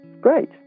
great